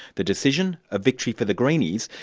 the decision, a victory for the greenies,